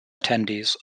attendees